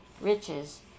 Riches